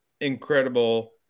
incredible